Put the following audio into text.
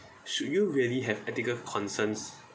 should you really have ethical concerns